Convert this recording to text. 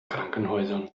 krankenhäusern